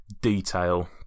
detail